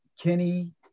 Kenny